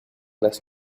las